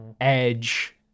edge